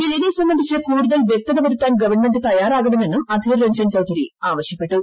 ബില്ലിനെ സംബന്ധിച്ച് കൂടുതൽ വ്യക്തത വരുത്താൻ ഗവൺമെന്റ് തയ്യാറാകണമെന്നും അധീർ രഞ്ജൻ ചൌധരി ആവശ്യപ്പെട്ടു